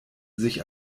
sich